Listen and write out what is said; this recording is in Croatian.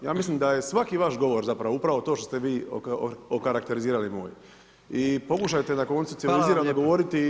Ja mislim da je svaki vaš govor zapravo upravo to što ste vi okarakterizirali moj i pokušajte na koncu civilizirano govoriti…